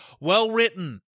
well-written